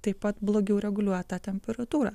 taip pat blogiau reguliuoja tą temperatūrą